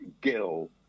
Gill